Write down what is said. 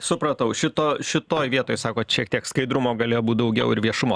supratau šito šitoj vietoj sakot šiek tiek skaidrumo galėjo būt daugiau ir viešumo